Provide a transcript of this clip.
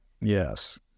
Yes